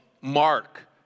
Mark